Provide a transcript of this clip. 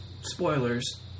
spoilers